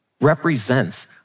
represents